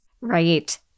Right